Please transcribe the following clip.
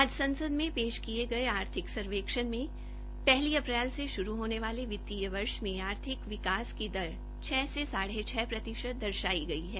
आज संसद में पेश किये आर्थिक सर्वेक्षण में पहली अप्रैल से शुरू होने वाले वित्तीय वर्ष में आर्थिक विकास की दर छ से साढ़े छ प्रतिशत दर्शायी गई है